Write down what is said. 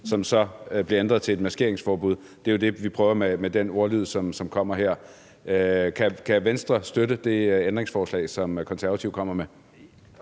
som så blev ændret til et maskeringsforbud. Det er det, vi prøver med den ordlyd, som kommer her. Kan Venstre støtte det ændringsforslag, som Konservative kommer med?